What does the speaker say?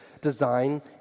design